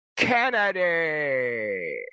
Kennedy